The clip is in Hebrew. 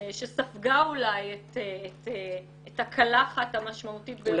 שספגה אולי את הקלחת המשמעותית ביותר